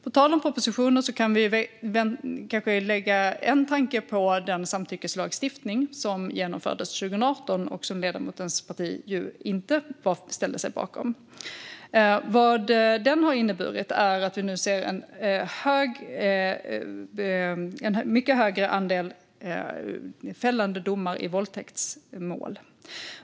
På tal om propositioner kan vi kanske ägna en tanke åt den samtyckeslagstiftning som genomfördes 2018 och som ledamotens parti ju inte ställde sig bakom. Vad den innebär är att vi nu ser en mycket högre andel fällande domar i våldtäktsmål.